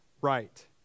right